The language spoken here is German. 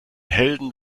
helden